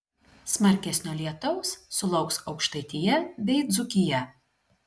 smarkesnio lietaus sulauks aukštaitija bei dzūkija